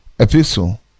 Epistle